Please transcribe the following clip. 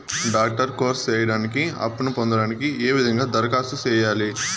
Doctor course సేయడానికి అప్పును పొందడానికి ఏ విధంగా దరఖాస్తు సేయాలి?